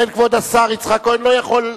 לכן כבוד השר יצחק כהן לא יכול,